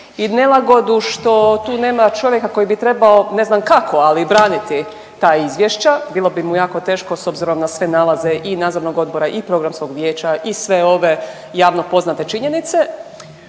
i nelagodu što tu nema čovjeka koji bi trebao ne znam kako, ali braniti ta izvješća, bilo bi mu jako teško s obzirom na sve nalaze i Nadzornog odbora i Programskog vijeća i sve ove javno poznate činjenice,